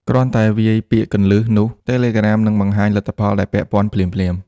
គ្រាន់តែវាយពាក្យគន្លឹះ នោះ Telegram នឹងបង្ហាញលទ្ធផលដែលពាក់ព័ន្ធភ្លាមៗ។